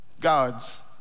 God's